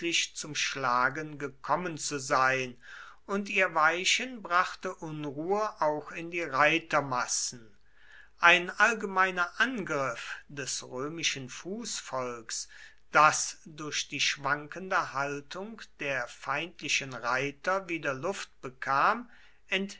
zum schlagen gekommen zu sein und ihr weichen brachte unruhe auch in die reitermassen ein allgemeiner angriff des römischen fußvolks das durch die schwankende haltung der feindlichen reiter wieder luft bekam